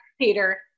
Peter